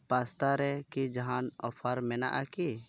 pasta ᱨᱮᱠᱤ ᱡᱟᱦᱟᱱ offer ᱢᱮᱱᱟᱜᱼᱟ ᱠᱤ